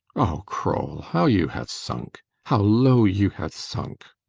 oh, kroll how you have sunk! how low you have sunk!